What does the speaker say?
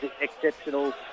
exceptional